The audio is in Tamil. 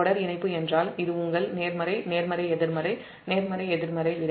தொடர் இணைப்பு என்றால் இது உங்கள் நேர்மறை எதிர்மறை விட